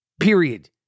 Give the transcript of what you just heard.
Period